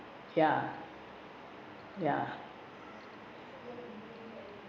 ya ya